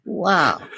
Wow